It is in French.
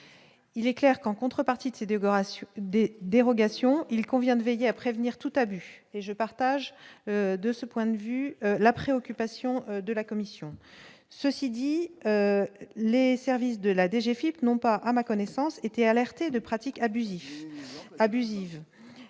il est clair qu'en contrepartie de ses décorations de dérogation, il convient de veiller à prévenir tout abus et je partage de ce point de vue, la préoccupation de la Commission, ceci dit. Les services de la DG Philippe non pas à ma connaissance, été alertés de pratiques abusives